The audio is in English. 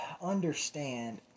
understand